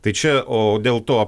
tai čia o dėl to